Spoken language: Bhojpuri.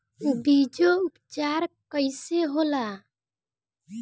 बीजो उपचार कईसे होला?